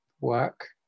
work